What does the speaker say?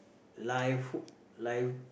life life